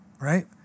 right